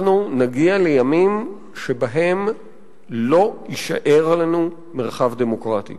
אנחנו נגיע לימים שבהם לא יישאר לנו מרחב דמוקרטי.